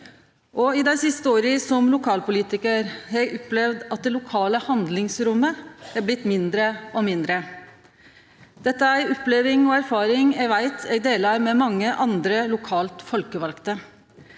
I dei siste åra som lokalpolitikar opplevde eg at det lokale handlingsrommet blei mindre og mindre. Dette er ei oppleving og ei erfaring eg veit eg deler med mange andre lokalt folkevalde.